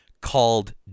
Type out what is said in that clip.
called